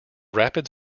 rapids